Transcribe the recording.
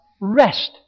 rest